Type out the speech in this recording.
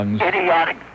idiotic